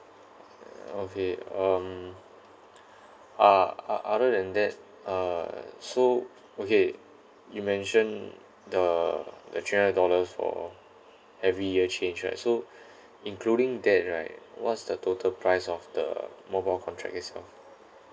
okay um ah o~ other than that uh so okay you mentioned the the three hundred dollars for every year change right so including that right what's the total price of the mobile contract itself